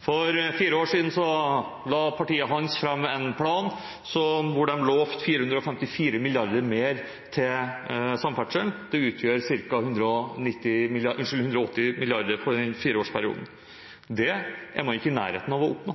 For fire år siden la partiet hans fram en plan hvor de lovte 454 mrd. kr mer til samferdsel. Det utgjør ca. 180 mrd. kr for fireårsperioden. Det er man ikke i nærheten av å oppnå.